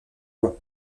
voies